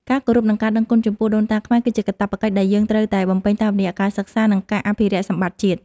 ការគោរព និង ការដឹងគុណចំពោះដូនតាខ្មែរគឺជាកាតព្វកិច្ចដែលយើងត្រូវតែបំពេញតាមរយៈការសិក្សា និង ការអភិរក្សសម្បត្តិជាតិ។